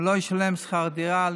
הוא לא ישלם שכר דירה.